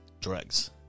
drugs